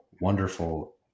wonderful